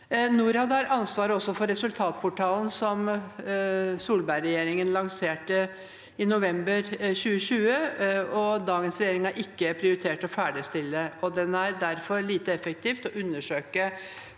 Norad har også ansvaret for resultatportalen, som Solberg-regjeringen lanserte i november 2020. Dagens regjering har ikke prioritert å ferdigstille den, og den er derfor lite effektiv til å undersøke